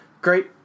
great